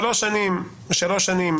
שלוש שנים חקירה,